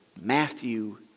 Matthew